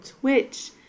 twitch